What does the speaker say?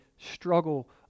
struggle